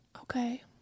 Okay